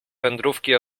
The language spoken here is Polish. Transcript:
wędrówki